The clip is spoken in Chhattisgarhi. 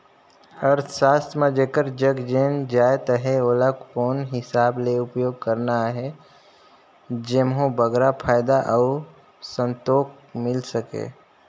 अर्थसास्त्र म जेकर जग जेन जाएत अहे ओला कोन हिसाब ले उपयोग करना अहे जेम्हो बगरा फयदा अउ संतोक मिल सके